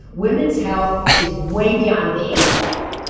women's health is way beyond the eight ball.